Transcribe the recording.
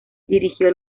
dirigió